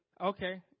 Okay